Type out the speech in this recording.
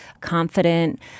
confident